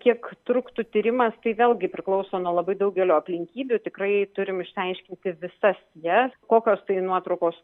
kiek truktų tyrimas tai vėlgi priklauso nuo labai daugelio aplinkybių tikrai turim išsiaiškinti visas jas kokios tai nuotraukos